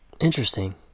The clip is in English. Interesting